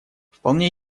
вполне